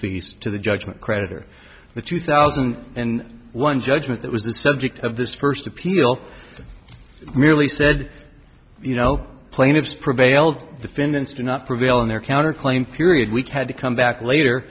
fees to the judgment creditor the two thousand and one judgment that was the subject of this first appeal merely said you know plaintiffs prevailed defendants do not prevail in their counter claim period we had to come back later